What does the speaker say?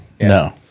No